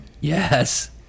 Yes